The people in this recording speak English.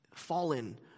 Fallen